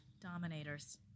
dominators